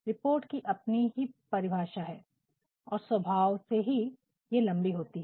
report की अपनी ही परिभाषा है और वह स्वभाव से ही लंबी होती है